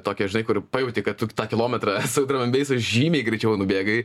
tokio žinai kur pajauti kad tą kilometrą su dramambeisu žymiai greičiau nubėgai